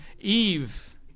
Eve